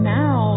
now